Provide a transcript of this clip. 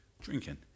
drinking